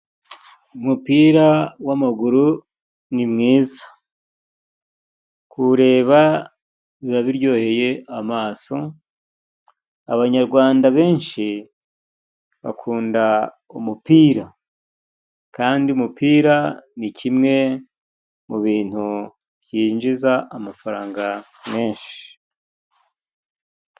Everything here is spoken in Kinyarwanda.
Umupira w'amaguru ni mwiza, kuwureba biba biryoheye amaso. Abanyarwanda benshi bakunda umupira, kandi umupira ni kimwe mubintu byinjiza amafaranga menshi.